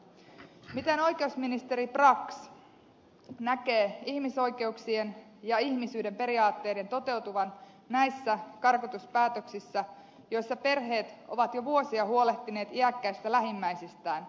miten oikeusministeri brax näkee ihmisoikeuksien ja ihmisyyden periaatteiden toteutuvan näissä karkotuspäätöksissä joissa perheet ovat jo vuosia huolehtineet iäkkäistä lähimmäisistään